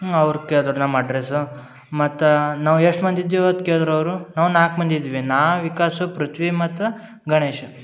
ಅವ್ರು ಕೇಳ್ದರೆ ನಮ್ಮ ಅಡ್ರಸ್ಸು ಮತ್ತು ನಾವು ಎಷ್ಟು ಮಂದಿ ಇದ್ದೀವಿ ಅಂತ ಕೇಳ್ದ್ರೆ ಅವರು ನಾವು ನಾಲ್ಕು ಮಂದಿ ಇದ್ವಿ ನಾ ವಿಕಾಸು ಪೃಥ್ವಿ ಮತ್ತು ಗಣೇಶ